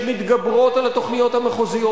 שמתגברות על התוכניות המחוזיות.